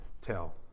tell